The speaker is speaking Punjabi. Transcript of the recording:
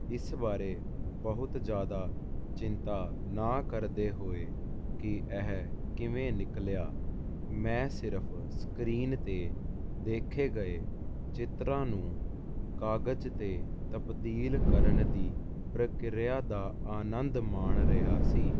ਇਸ ਬਾਰੇ ਬਹੁਤ ਜ਼ਿਆਦਾ ਚਿੰਤਾ ਨਾ ਕਰਦੇ ਹੋਏ ਕੀ ਇਹ ਕਿਵੇਂ ਨਿਕਲਿਆ ਮੈਂ ਸਿਰਫ਼ ਸਕਰੀਨ 'ਤੇ ਦੇਖੇ ਗਏ ਚਿੱਤਰਾਂ ਨੂੰ ਕਾਗਜ਼ 'ਤੇ ਤਬਦੀਲ ਕਰਨ ਦੀ ਪ੍ਰਕਿਰਿਆ ਦਾ ਆਨੰਦ ਮਾਣ ਰਿਹਾ ਸੀ